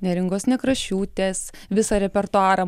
neringos nekrašiūtės visą repertuarą